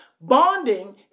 Bonding